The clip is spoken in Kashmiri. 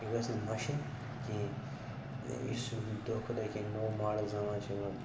یہِ گٔژھ نہٕ مَشِنۍ کِہیٖنۍ یُس یہِ دۄہ کھو دۄہ کینٛہہ نوٚو ماڈٕل زمان چھُ یِوان